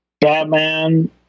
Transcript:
Batman